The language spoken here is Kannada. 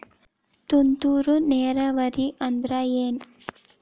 ತುಂತುರು ನೇರಾವರಿ ಅಂದ್ರ ಏನ್?